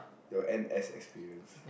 your n_s experience